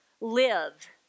live